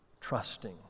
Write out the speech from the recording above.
trusting